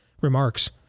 remarks